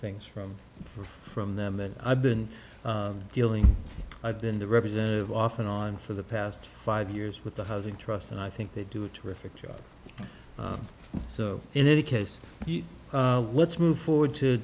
things from from them that i've been dealing i've been the representative off and on for the past five years with the housing trust and i think they do a terrific job so in any case let's move forward to